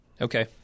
Okay